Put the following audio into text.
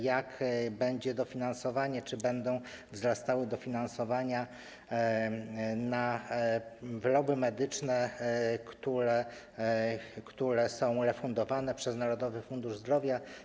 Jakie będzie dofinansowanie, czy będzie wzrastało dofinansowanie na wyroby medyczne, które są refundowane przez Narodowy Fundusz Zdrowia?